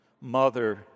Mother